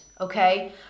okay